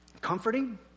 comforting